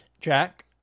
Jack